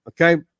okay